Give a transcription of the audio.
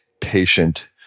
patient